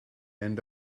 end